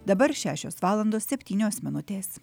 dabar šešios valandos septynios minutės